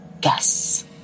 guess